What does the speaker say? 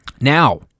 Now